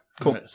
cool